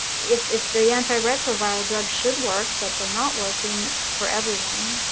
if if the antiretroviral drugs should work but they're not working for everyone